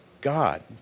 God